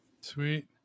Sweet